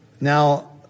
Now